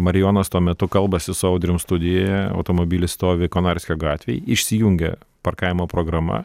marijonas tuo metu kalbasi su audrium studijoje automobilis stovi konarskio gatvėj išsijungia parkavimo programa